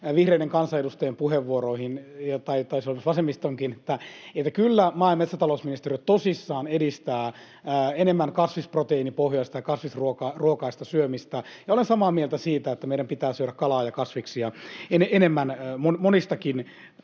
vihreiden kansanedustajien puheenvuoroihin, ja taisi olla, että vasemmistollekin, että kyllä maa- ja metsätalousministeriö tosissaan edistää enemmän kasvisproteiinipohjaista ja kasvisruokaista syömistä, ja olen samaa mieltä siitä, että meidän pitää syödä kalaa ja kasviksia enemmän monistakin